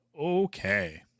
Okay